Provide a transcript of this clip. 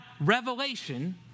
revelation